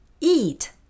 eat